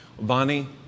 Bonnie